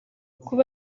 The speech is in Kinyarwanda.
kuba